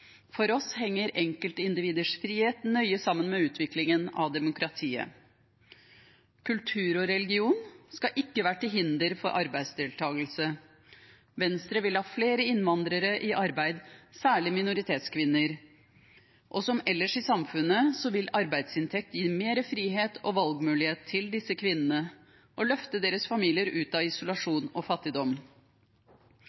For oss henger enkeltindividers frihet nøye sammen med utviklingen av demokratiet. Kultur og religion skal ikke være til hinder for arbeidsdeltakelse. Venstre vil ha flere innvandrere i arbeid, særlig minoritetskvinner. Som ellers i samfunnet vil arbeidsinntekt gi mer frihet og valgmulighet til disse kvinnene og løfte deres familier ut av